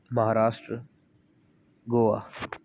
Maharashtra Goa